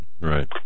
Right